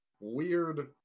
weird